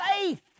faith